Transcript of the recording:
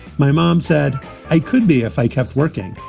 my mom said i could be if i kept working.